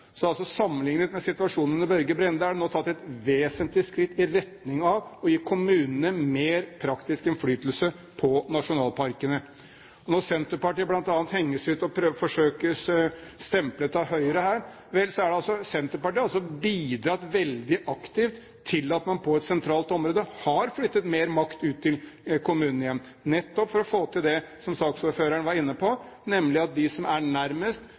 sammenlignet med situasjonen under Børge Brende er det nå tatt et vesentlig skritt i retning av å gi kommunene mer praktisk innflytelse på nasjonalparkene. Når Senterpartiet bl.a. henges ut og forsøkes stemplet av Høyre her, har Senterpartiet bidratt veldig aktivt til at man på et sentralt område har flyttet mer makt ut til kommunene igjen, nettopp for å få til det som saksordføreren var inne på, nemlig at de som er nærmest,